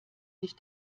sich